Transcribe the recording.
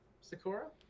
Sakura